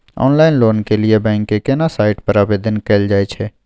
Online loan के लिए bank के केना साइट पर आवेदन कैल जाए छै?